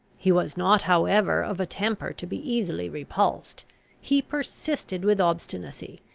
he was not, however, of a temper to be easily repulsed he persisted with obstinacy,